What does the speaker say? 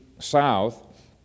South